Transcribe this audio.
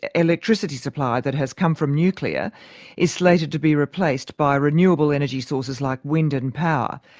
electricity supply that has come from nuclear is later to be replaced by renewable energy sources like wind and power.